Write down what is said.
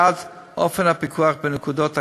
1. אופן הפיקוח ב"נקודות הקצה"